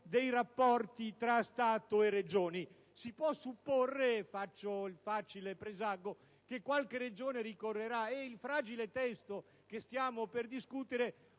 dei rapporti tra Stato e Regioni. Si può supporre - faccio una facile previsione - che qualche Regione ricorrerà e il fragile testo che si sta per discutere